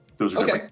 Okay